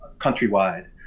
countrywide